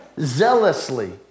zealously